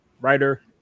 writer